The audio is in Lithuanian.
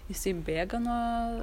jisai bėga nuo